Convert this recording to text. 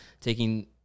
taking